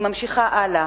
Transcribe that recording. היא ממשיכה הלאה.